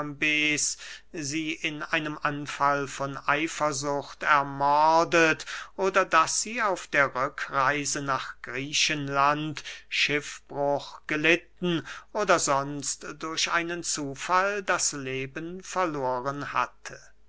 sie in einem anfall von eifersucht ermordet oder daß sie auf der rückreise nach griechenland schiffbruch gelitten oder sonst durch einen zufall das leben verloren hatte